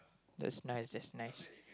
that's nice that's nice